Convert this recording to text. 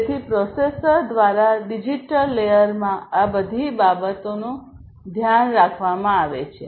તેથી પ્રોસેસર દ્વારા ડિજિટલ લેયરમાં આ બધી બાબતોનું ધ્યાન રાખવામાં આવે છે